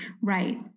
Right